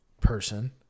person